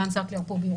גן סאקר בירושלים.